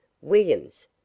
williams